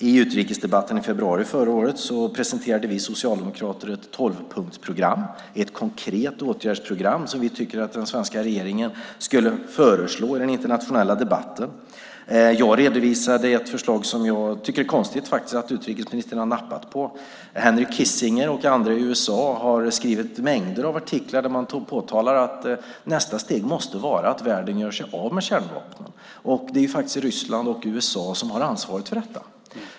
I utrikesdebatten i februari förra året presenterade vi socialdemokrater ett tolvpunktsprogram, ett konkret åtgärdsprogram som vi tycker att den svenska regeringen skulle föreslå i den internationella debatten. Jag redovisade ett förslag som jag faktiskt tycker att det är konstigt att utrikesministern inte har nappat på: Henry Kissinger och andra i USA har skrivit mängder av artiklar där man framhåller att nästa steg måste vara att världen gör sig av med kärnvapnen. Det är faktiskt Ryssland och USA som har ansvaret för detta.